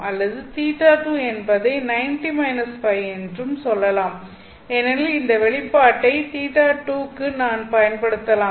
அல்லது θ2 என்பதை 90-Ø என்றும் சொல்லலாம் ஏனெனில் இந்த வெளிப்பாட்டை θ2 க்கு நான் பயன்படுத்தலாம்